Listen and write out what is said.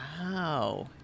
Wow